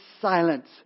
silence